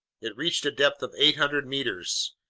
it reached a depth of eight hundred meters.